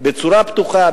בצורה פתוחה,